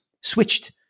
switched